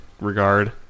regard